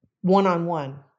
one-on-one